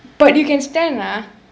but you can stand ah